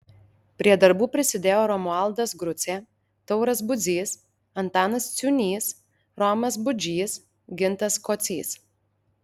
prie darbų prisidėjo romualdas grucė tauras budzys antanas ciūnys romas budžys gintas kocys